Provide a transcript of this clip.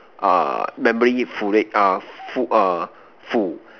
uh memory full uh full uh full